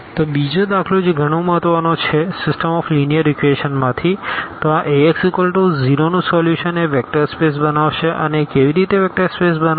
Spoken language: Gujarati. તો બીજો દાખલો જે ગણો મહત્વ નો છે સીસ્ટમ ઓફ લીનીઅર ઇક્વેશનમાં થી તો આ Ax0 નું સોલ્યુશન એ વેક્ટર સ્પેસ બનાવશે અને એ કેવી રીતે વેક્ટર સ્પેસ બનાવશે